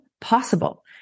possible